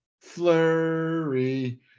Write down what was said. flurry